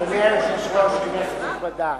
אדוני היושב-ראש, כנסת נכבדה,